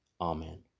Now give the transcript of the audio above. Amen